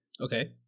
Okay